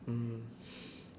mm